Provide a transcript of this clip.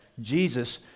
Jesus